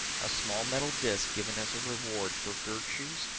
a small metal disk given as a reward for virtues,